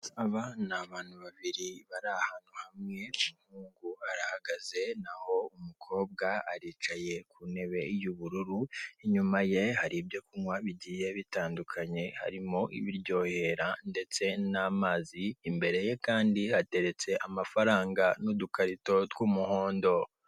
Aba ni abantu babiri bari ahantu hamwe, umuhungu arahagaze naho umukobwa aricaye kuntebe y' ubururu, inyuma ye hari ibyo kunywa bigiye bitandukanye, harimo ibiryohera ndetse n' amazi, imbere ye Kandi hateretse amafaranga n' udukarito tw' umuhondo.